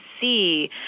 see